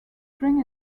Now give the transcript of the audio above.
string